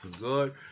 Good